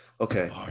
okay